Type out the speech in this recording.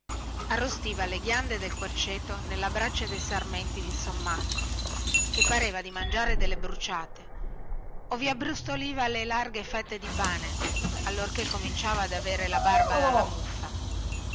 arrostiva le ghiande del querceto nella brace de sarmenti di sommacco che pareva di mangiare delle bruciate o vi abbrustoliva le larghe fette di pane allorchè cominciava ad avere la barba dalla muffa